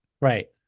right